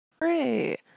Great